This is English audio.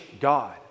God